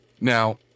Now